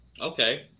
Okay